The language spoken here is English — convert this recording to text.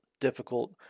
difficult